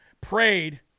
prayed